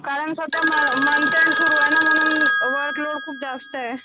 कारण सध्या म मंथ एन्ड सुरु आहे ना म्हणून वर्क लोड खूप जास्त आहे